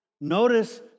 Notice